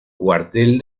cuartel